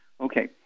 Okay